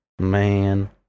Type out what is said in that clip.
Man